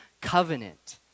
covenant